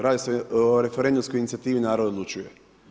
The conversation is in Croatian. Radi se o referendumskoj incijativi Narod odlučuje.